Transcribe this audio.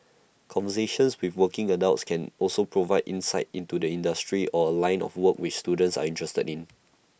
conversations with working adults can also provide insight into the industry or line of work which students are interested in